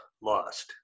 lost